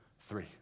three